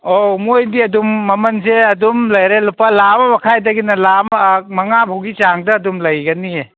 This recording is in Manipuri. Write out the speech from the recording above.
ꯑꯧ ꯃꯣꯏꯗꯤ ꯑꯗꯨꯝ ꯃꯃꯟꯁꯦ ꯑꯗꯨꯝ ꯂꯩꯔꯦ ꯂꯨꯄꯥ ꯂꯥꯛ ꯑꯃ ꯃꯈꯥꯏꯗꯒꯤꯅ ꯂꯥꯛ ꯑꯃ ꯃꯉꯥ ꯐꯥꯎꯒꯤ ꯆꯥꯡꯗ ꯑꯗꯨꯝ ꯂꯩꯒꯅꯤꯌꯦ